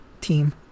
team